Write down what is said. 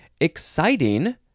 exciting